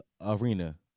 arena